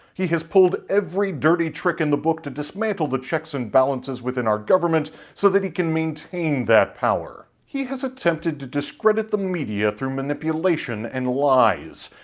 he has pulled every dirty trick in the book to dismantle the checks and balances within our government so that he can maintain that power. he has attempted to discredit the media through manipulation and lies.